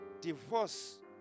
divorce